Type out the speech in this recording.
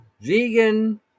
vegan